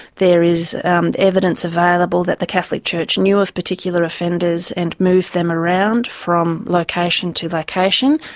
there is and evidence available that the catholic church knew of particular offenders and moved them around from location to location,